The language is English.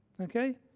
okay